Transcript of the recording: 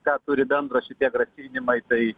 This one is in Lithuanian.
ką turi bendro šitie grasinimai tai